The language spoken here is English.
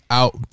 out